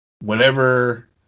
whenever